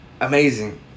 amazing